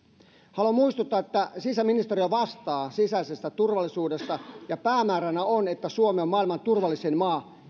haluan muistuttaa että sisäministeriö vastaa sisäisestä turvallisuudesta ja päämääränä on että suomi on maailman turvallisin maa